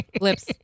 Lips